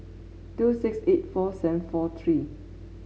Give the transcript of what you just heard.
two six eight four seven four three